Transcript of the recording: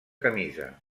camisa